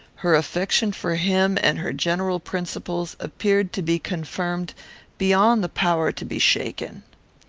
her affection for him, and her general principles, appeared to be confirmed beyond the power to be shaken.